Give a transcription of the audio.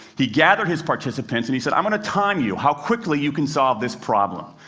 he gathered his participants and he said, i'm going to time you how quickly you can solve this problem.